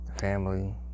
family